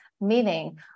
meaning